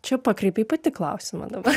čia pakreipei pati klausimą dabar